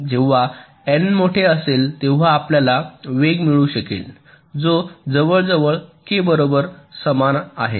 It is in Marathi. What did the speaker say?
जेव्हा एन मोठे असेल तेव्हा आपल्याला वेग मिळू शकेल जो जवळजवळ के बरोबर समान आहे